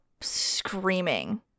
screaming